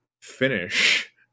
finish